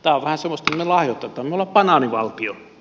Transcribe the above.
me olemme banaanivaltio